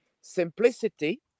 Simplicity